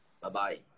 Bye-bye